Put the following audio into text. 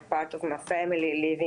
רציתי להתחיל את האולפן כבר,